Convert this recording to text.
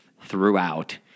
throughout